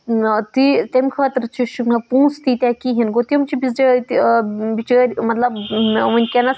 تی تمہِ خٲطرٕ چھُ چھُ نہٕ پونٛسہٕ تیٖتییاہ کِہیٖنۍ گوٚو تِم چھِ بِچٲتۍ بِچٲرۍ مطلب ونکیٚنَس